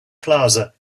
plaza